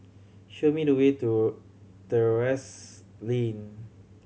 show me the way to Terrasse Lane